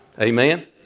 Amen